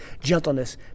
gentleness